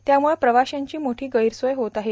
त्याम्रळं प्रवाशांची मोवी गैरसोय होत आहे